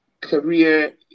career